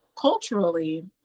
culturally